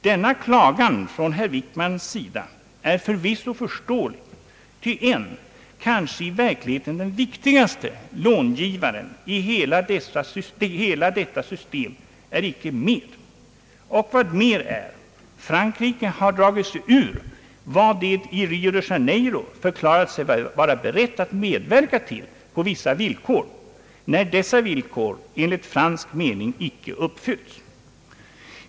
Denna klagan av herr Wickman är förvisso förståelig, ty den kanske i verkligheten viktigaste långivaren i hela detta system är icke med. Och vad mer är: Frankrike har dragit sig ur vad Frankrike i Rio de Janeiro förklarat sig vara berett att medverka till på vissa villkor, när dessa villkor enligt fransk mening icke uppfyllts.